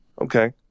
Okay